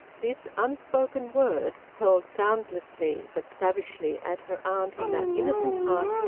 this unspoken word, hurled soundlessly but savagely at her aunt in that innocent heart,